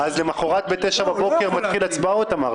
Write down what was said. אז למוחרת ב-09:00 מתחילות הצבעות, אמרת.